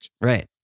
Right